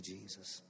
Jesus